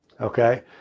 Okay